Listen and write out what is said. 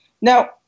Now